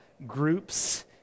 groups